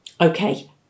Okay